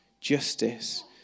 justice